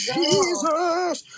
Jesus